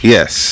Yes